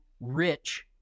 rich